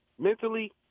Mentally